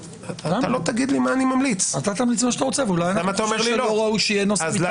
למה אתה אומר שראוי שיהיה נוסח מטעם